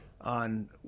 on